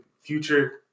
future